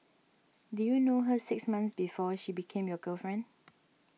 did you know her six months before she became your girlfriend